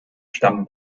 stammen